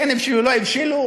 כן הבשילו,